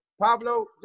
Pablo